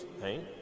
hey